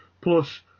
Plus